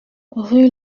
rue